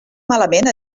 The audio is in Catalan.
malament